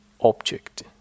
object